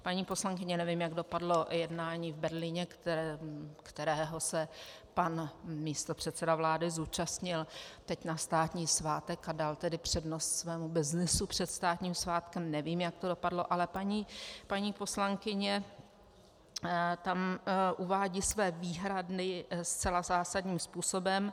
Paní poslankyně nevím, jak dopadlo jednání v Berlíně, kterého se pan místopředseda vlády zúčastnil teď na státní svátek, a dal tedy přednost svému byznysu před státním svátkem nevím, jak to dopadlo, ale paní poslankyně tam uvádí své výhrady zcela zásadním způsobem.